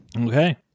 Okay